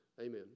amen